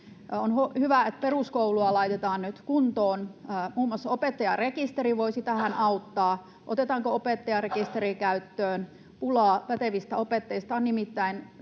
On hyvä, että peruskoulua laitetaan nyt kuntoon. Muun muassa opettajarekisteri voisi tähän auttaa. Otetaanko opettajarekisteri käyttöön? Pulaa pätevistä opettajista on nimittäin